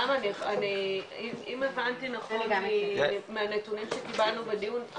אם הבנתי נכון מהנתונים שקיבלנו בדיון,